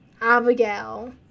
Abigail